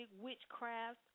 witchcraft